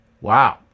wow